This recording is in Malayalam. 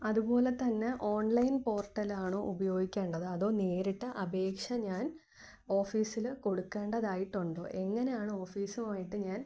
അതുപോല തന്നെ ഓൺലൈൻ പോർട്ടലാണോ ഉപയോഗിക്കേണ്ടത് അതോ നേരിട്ട് അപേക്ഷ ഞാൻ ഓഫിസില് കൊടുക്കേണ്ടതായിട്ടുണ്ടോ എങ്ങനാണ് ഓഫിസുമായിട്ട് ഞാൻ